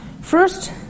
First